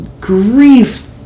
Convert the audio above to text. Grief